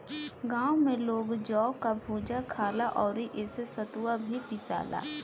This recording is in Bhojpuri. गांव में लोग जौ कअ भुजा खाला अउरी एसे सतुआ भी पिसाला